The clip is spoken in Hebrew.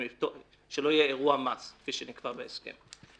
שלא יהיה אירוע מס כפי שנקבע בהסכם.